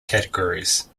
categories